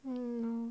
en no